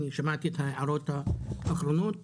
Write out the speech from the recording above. שמעתי את ההערות האחרונות.